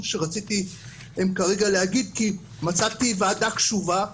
שרציתי כרגע להגיד כי מצאתי ועדה קשובה,